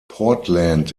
portland